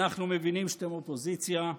אנחנו מבינים שאתם אופוזיציה,